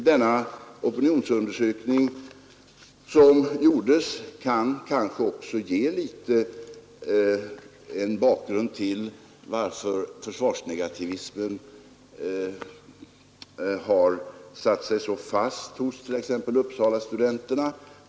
Den opinionsundersökning som gjordes kan kanske också ge en del av bakgrunden till varför försvarsnegativismen har satt sig så fast hos t.ex. Uppsalastudenterna.